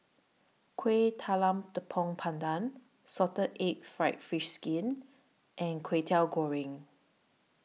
Kueh Talam Tepong Pandan Salted Egg Fried Fish Skin and Kwetiau Goreng